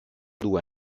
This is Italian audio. due